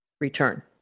return